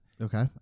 Okay